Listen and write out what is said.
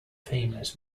famous